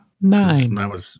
Nine